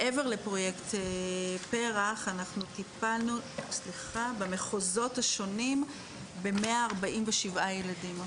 מעבר לפרויקט פר"ח אנחנו טיפלנו במחוזות השונים ב-147 ילדים.